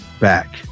back